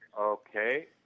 Okay